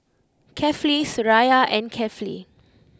Kefli Suraya and Kefli